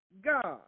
God